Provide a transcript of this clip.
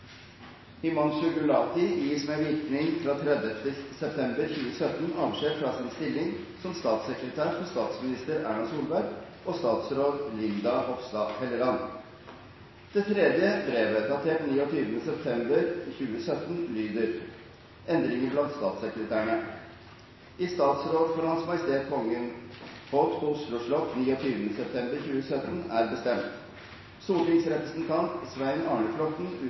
Himanshu Gulati gis med virkning fra 30. september 2017 avskjed fra sin stilling som statssekretær for statsminister Erna Solberg og statsråd Linda Hofstad Helleland.» Det tredje brevet, datert 29. september 2017, lyder: «Endringer blant statssekretærene I statsråd for H.M. Kongen holdt på Oslo slott 29. september 2017 kl. 11.00 er bestemt: Stortingsrepresentant Svein Arne